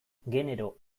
genero